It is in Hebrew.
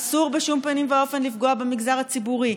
אסור בשום פנים ואופן לפגוע במגזר הציבורי.